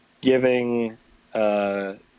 giving –